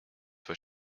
were